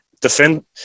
defend